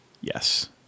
Yes